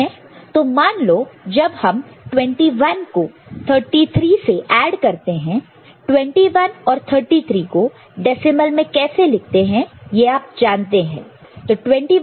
तो मान लो जब हम 21 को 33 से ऐड करते हैं 21 और 33 को डेसिमल में कैसे लिखते हैं यह आप जानते हैं है ना